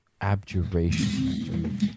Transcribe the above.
abjuration